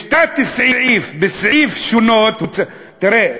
יש תת-סעיף בסעיף "שונות" תראה,